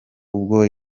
ubwo